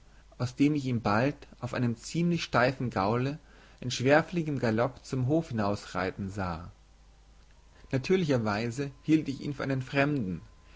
aus dem ich ihn bald auf einem ziemlich steifen gaule in schwerfälligem galopp zum hofe hinausreiten sah natürlicherweise hielt ich ihn für einen fremden